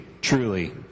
truly